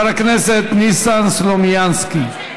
חבר הכנסת ניסן סלומינסקי.